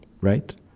right